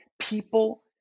people